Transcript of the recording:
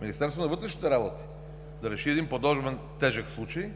Министерството на вътрешните работи да реши един подобен тежък случай,